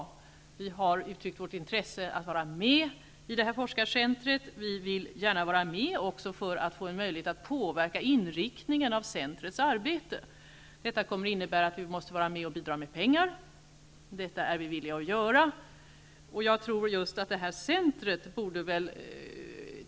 Sverige har uttryckt intresse att få vara med i forskarcentret, bl.a. för att få möjlighet att påverka inriktningen av centrets arbete. Det innebär att Sverige måste vara med och bidra med pengar, och det är Sverige villigt att göra.